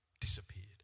disappeared